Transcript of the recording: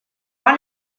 run